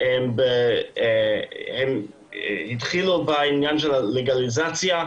הם התחילו בלגליזציה,